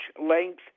length